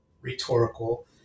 rhetorical